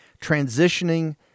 transitioning